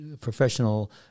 Professional